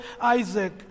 Isaac